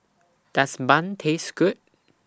Does Bun Taste Good